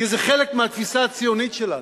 כי זה חלק מהתפיסה הציונית שלנו.